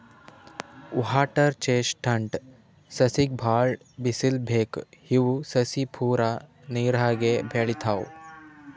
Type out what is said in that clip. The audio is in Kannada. ವಾಟರ್ ಚೆಸ್ಟ್ನಟ್ ಸಸಿಗ್ ಭಾಳ್ ಬಿಸಲ್ ಬೇಕ್ ಇವ್ ಸಸಿ ಪೂರಾ ನೀರಾಗೆ ಬೆಳಿತಾವ್